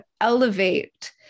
elevate